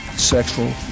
Sexual